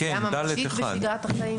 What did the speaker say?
כן, (ד1).